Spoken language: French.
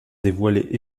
dévoiler